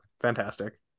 fantastic